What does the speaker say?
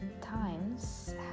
times